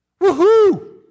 Woohoo